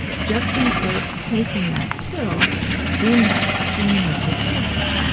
just insert taking that pill in that stream of behavior,